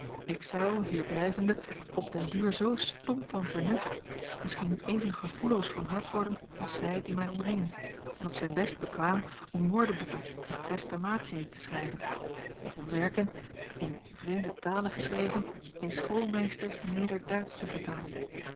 ik zou hier blijvende op den duur zoo stomp van vernuft misschien even gevoelloos van hart worden als zij die mij omringen en op zijn best bekwaam om woordeboeken of krestomathiën te schrijven of om werken in vreemde talen geschreven in schoolmeesters nederduitsch te vertalen